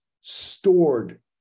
stored